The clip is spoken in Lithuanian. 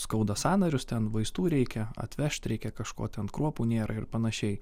skauda sąnarius ten vaistų reikia atvežti reikia kažko ten kruopų nėra ir panašiai